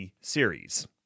series